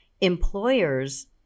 Employers